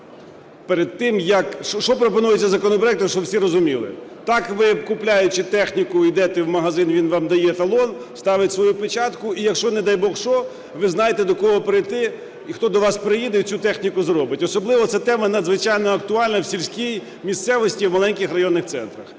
Що пропонується законопроектом, щоб всі розуміли. Так ви, купляючи техніку, йдете в магазин, він вам дає талон, ставить свою печатку і якщо, не дай Бог, що, ви знаєте, до кого прийти і хто до вас приїде і цю техніку зробить. Особливо ця тема надзвичайно актуальна в сільській місцевості і в маленьких районних центрах.